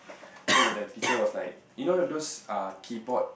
so that the teacher was like you those uh keyboard